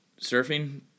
Surfing